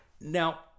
Now